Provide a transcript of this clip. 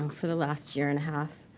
for the last year and a half.